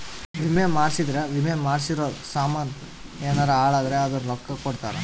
ವಿಮೆ ಮಾಡ್ಸಿದ್ರ ವಿಮೆ ಮಾಡ್ಸಿರೋ ಸಾಮನ್ ಯೆನರ ಹಾಳಾದ್ರೆ ಅದುರ್ ರೊಕ್ಕ ಕೊಡ್ತಾರ